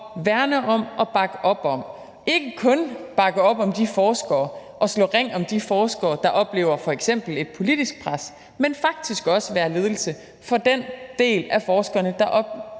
værne om det og bakke det op, ikke kun bakke op om de forskere og slå ring om de forskere, der f.eks. oplever et politisk pres, men faktisk også være ledelse for den del af forskerne, der oplever